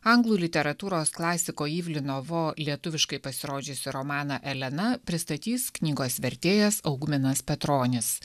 anglų literatūros klasiko ir ivlino vo lietuviškai pasirodžiusį romaną elena pristatys knygos vertėjas augminas petronis